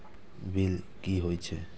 Bill की हौए छै?